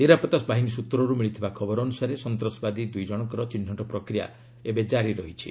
ନିରାପଭା ସୃତ୍ରରୁ ମିଳିଥିବା ଖବର ଅନୁସାରେ ସନ୍ତାସବାଦୀ ଦୁଇ ଜଣଙ୍କର ଚିହ୍ନଟ ପ୍ରକ୍ରିୟା ଜାରି ରହିଛି